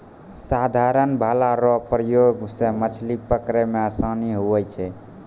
साधारण भाला रो प्रयोग से मछली पकड़ै मे आसानी हुवै छै